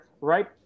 right